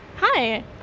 Hi